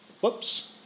whoops